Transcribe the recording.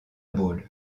bowl